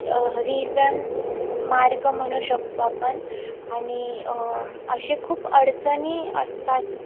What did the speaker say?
reason मार्ग म्हणू शकतो आपण आणि असे खूप अडचणी असतात